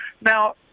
Now